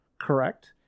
correct